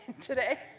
today